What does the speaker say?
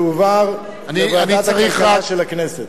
תועבר לוועדת הכלכלה של הכנסת.